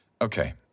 Okay